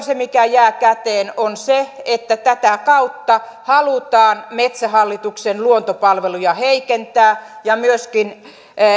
se mikä jää käteen on se että tätä kautta halutaan metsähallituksen luontopalveluja heikentää ja myöskin